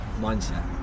mindset